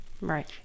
Right